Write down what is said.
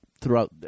throughout